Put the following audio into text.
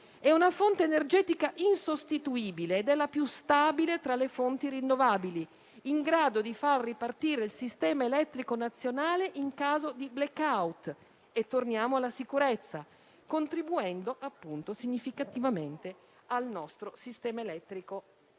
È una fonte energetica insostituibile ed è la più stabile tra le fonti rinnovabili, in grado di far ripartire il sistema elettrico nazionale in caso di *blackout* - e torniamo alla sicurezza - contribuendo significativamente al nostro sistema elettrico nazionale.